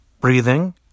breathing